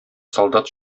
солдат